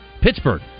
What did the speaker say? Pittsburgh